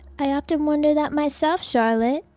i have to wonder that myself, charlotte.